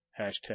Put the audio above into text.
hashtag